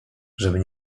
żeby